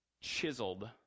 chiseled